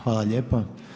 Hvala lijepa.